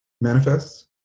manifests